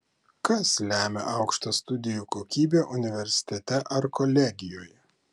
kas lemia aukštą studijų kokybę universitete ar kolegijoje